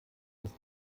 ist